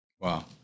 Wow